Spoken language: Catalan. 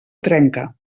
trenca